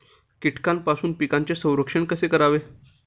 कीटकांपासून पिकांचे संरक्षण कसे करावे?